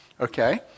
okay